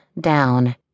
down